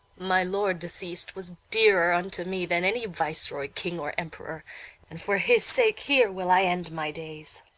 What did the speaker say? my lord deceas'd was dearer unto me than any viceroy, king, or emperor and for his sake here will i end my days.